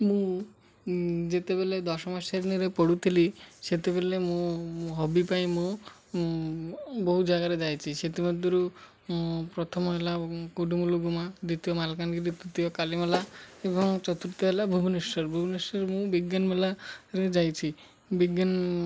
ମୁଁ ଯେତେବେଲେ ଦଶମ ଶ୍ରେଣୀରେ ପଢ଼ୁଥିଲି ସେତେବେଲେ ମୁଁ ମୋ ହବି ପାଇଁ ମୁଁ ବହୁତ ଜାଗାରେ ଯାଇଛିି ସେଥିମଧ୍ୟରୁ ପ୍ରଥମ ହେଲା କୁଡ଼ୁମୁଲୁଗୁମା ଦ୍ୱିତୀୟ ମାଲକାନଗିରି ତୃତୀୟ କାଲିମଲା ଏବଂ ଚତୁର୍ଥ ହେଲା ଭୁବନେଶ୍ୱର ଭୁବନେଶ୍ୱର ମୁଁ ବିଜ୍ଞାନ ମେଲାରେ ଯାଇଛି ବିଜ୍ଞାନ